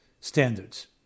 standards